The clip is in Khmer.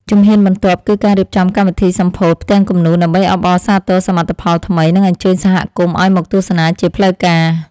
ជំហានបន្ទាប់ គឺការរៀបចំកម្មវិធីសម្ពោធផ្ទាំងគំនូរ ដើម្បីអបអរសាទរសមិទ្ធផលថ្មី និងអញ្ជើញសហគមន៍ឱ្យមកទស្សនាជាផ្លូវការ។